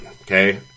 Okay